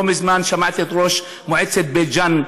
לא מזמן שמעתי את ראש מועצת בית ג'ן,